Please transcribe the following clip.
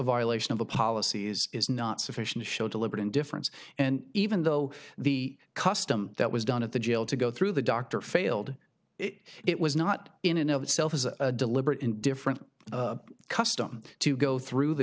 violation of the policies is not sufficient to show deliberate indifference and even though the custom that was done at the jail to go through the doctor failed it was not in and of itself is a deliberate indifference custom to go through the